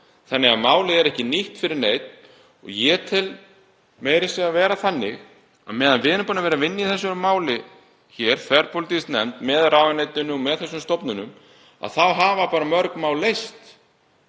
þannig að málið er ekki nýtt fyrir neinum. Ég tel meira að segja það vera þannig að á meðan við erum búin að vera að vinna í þessu máli hér, þverpólitísk nefnd með ráðuneytinu og með þessum stofnunum, þá hafa mörg mál leyst.